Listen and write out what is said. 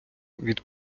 від